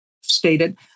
stated